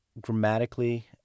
grammatically